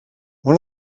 one